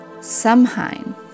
Samhain